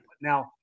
now